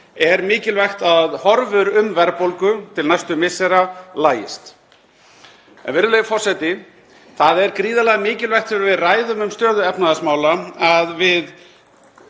er mikilvægt að horfur um verðbólgu til næstu missera lagist. Virðulegi forseti. Það er gríðarlega mikilvægt þegar við ræðum um stöðu efnahagsmála að við